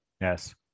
Yes